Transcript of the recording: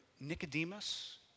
Nicodemus